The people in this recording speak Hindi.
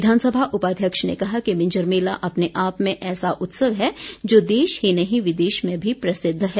विधानसभा उपाध्यक्ष ने कहा कि मिंजर मेला अपने आप में ऐसा उत्सव है जो देश ही नहीं विदेश में भी प्रसिद्ध है